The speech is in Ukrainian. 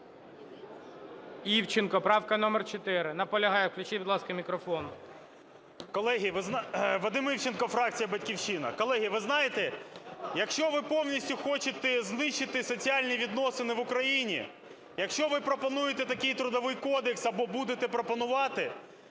Івченко, правка номер 4. Наполягає. Включіть, будь ласка, мікрофон. 11:50:53 ІВЧЕНКО В.Є. Колеги, ви… Вадим Івченко, фракція "Батьківщина". Колеги, ви знаєте, якщо ви повністю хочете знищити соціальні відносини в Україні, якщо ви пропонуєте такий Трудовий кодекс або будете пропонувати,